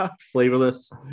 flavorless